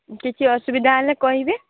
କିଛି ଅସୁବିଧା ହେଲେ କହିବେ